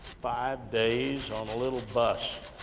five days on a little bus,